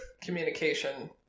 communication